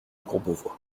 courbevoie